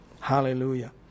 Hallelujah